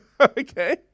Okay